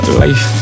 life